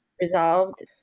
resolved